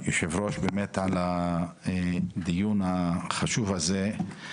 יושב הראש, על הדיון החשוב הזה.